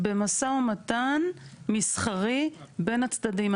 במשא ומתן מסחרי בין הצדדים.